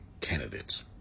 candidates